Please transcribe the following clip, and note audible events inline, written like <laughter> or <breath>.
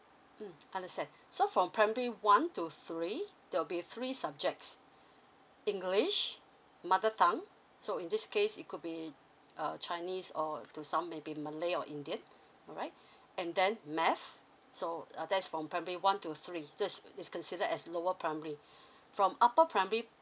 mm understand so from primary one to three there will be three subjects english mother tongue so in this case it could be uh chinese or to some maybe malay or indian all right <breath> and then math so uh that is from primary one to three just just considered as lower primary <breath> from upper primary